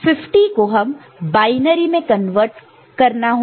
50 को हमें बायनरी में कन्वर्ट करना होगा